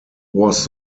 was